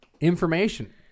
information